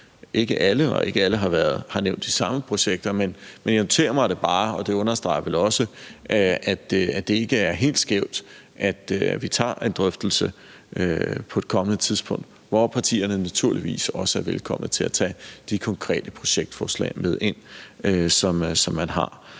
ikke alle har nævnt de samme projekter, men jeg noterer mig det bare, og det understreger vel også, at det ikke er helt skævt, at vi tager en drøftelse på et kommende tidspunkt, hvor partierne naturligvis også er velkomne til at tage de konkrete projektforslag med ind, som man har.